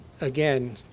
again